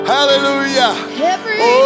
Hallelujah